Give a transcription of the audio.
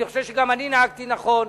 אני חושב שגם אני נהגתי נכון.